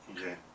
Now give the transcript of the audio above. Okay